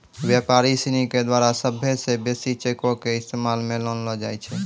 व्यापारी सिनी के द्वारा सभ्भे से बेसी चेको के इस्तेमाल मे लानलो जाय छै